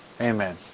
Amen